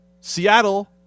Seattle